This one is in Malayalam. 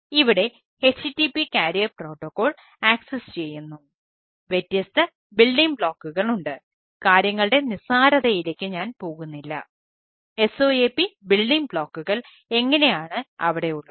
ഇവിടെ http കാരിയർ പ്രോട്ടോക്കോൾ എങ്ങനെയാണ് അവിടെയുള്ളത്